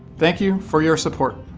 thank you for your support.